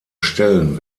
stellen